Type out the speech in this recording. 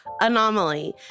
Anomaly